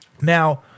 Now